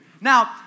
Now